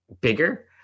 bigger